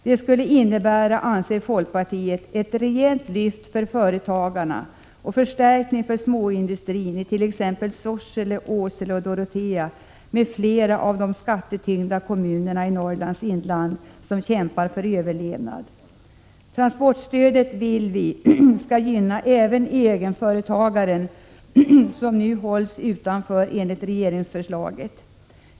Det skulle, enligt folkpartiet, innebära ett rejält lyft för företagarna och en förstärkning för småindustrin i t.ex. Sorsele, Åsele och Dorotea m.fl. av de skattetyngda kommunerna i Norrlands inland som kämpar för överlevnad. Vi vill att transportstödet skall gynna även egenföretagarna. De hålls nu utanför enligt regeringsförslaget.